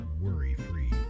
worry-free